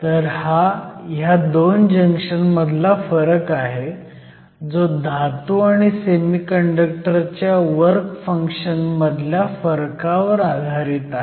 तर हा ह्या 2 जंक्शन मधला फरक आहे जो धातू आणि सेमीकंडक्टर च्या वर्क फंक्शनमधल्या फरकारवर आधारित आहे